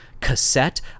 cassette